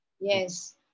yes